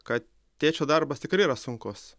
kad tėčio darbas tikrai yra sunkus